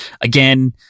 Again